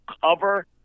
cover